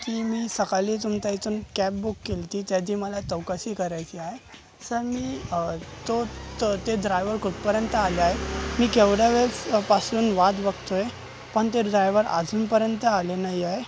की मी सकाळी तुमच्या इथून कॅब बुक केलं होती त्याची मला चौकशी करायची आहे सर मी तो ते द्रायवर कुठपर्यंत आले आहे मी केवढ्या वेळेसपासून वाट बघतो आहे पण ते द्रायवर अजूनपर्यंत आले नाही आहे